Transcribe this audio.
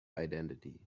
identity